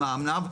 למאמניו,